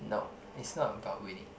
no it's not about winning